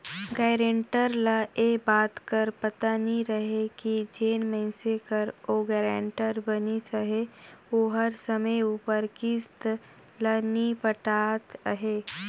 guarantor ल ए बात कर पता नी रहें कि जेन मइनसे कर ओ गारंटर बनिस अहे ओहर समे उपर किस्त ल नी पटात अहे